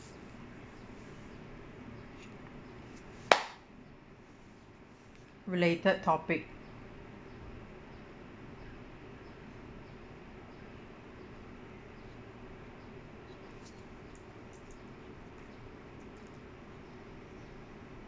related topic